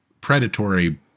predatory